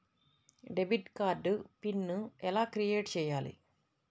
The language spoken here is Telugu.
డెబిట్ కార్డు పిన్ ఎలా క్రిఏట్ చెయ్యాలి?